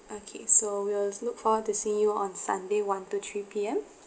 okay so we'll look forward to seeing you on sunday one to three P_M